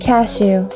Cashew